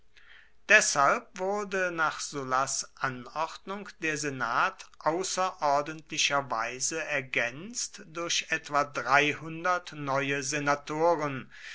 deshalb wurde nach sullas anordnung der senat außerordentlicherweise ergänzt durch etwa neue senatoren